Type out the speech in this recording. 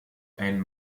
and